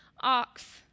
ox